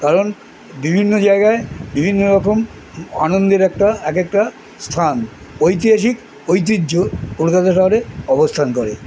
কারণ বিভিন্ন জায়গায় বিভিন্ন রকম আনন্দের একটা এক একটা স্থান ঐতিহাসিক ঐতিহ্য কলকাতা শহরে অবস্থান করে